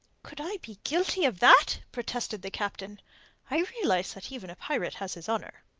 could i be guilty of that? protested the captain i realize that even a pirate has his honour.